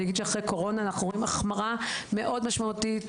אני אגיד שאחרי הקורונה אנחנו רואים החמרה מאוד משמעותית.